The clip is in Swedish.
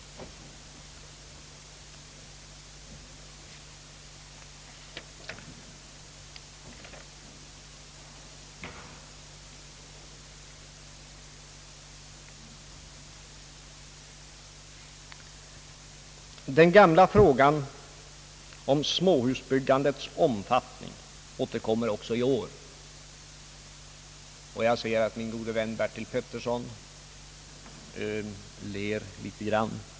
Den gamla frågan om småhusbyggandets omfattning återkommer också i år. Jag ser att min gode vän Bertil Petersson ler lite grand.